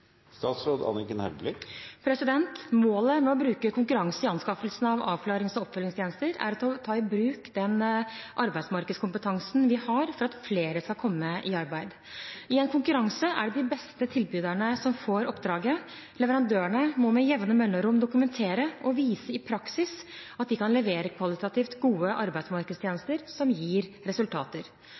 Målet med å bruke konkurranse i anskaffelsen av avklarings- og oppfølgingstjenester er å ta i bruk den arbeidsmarkedskompetansen vi har for at flere skal komme i arbeid. I en konkurranse er det de beste tilbyderne som får oppdraget. Leverandørene må med jevne mellomrom dokumentere og vise i praksis at de kan levere kvalitativt gode arbeidsmarkedstjenester som gir resultater.